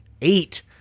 Eight